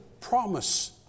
promise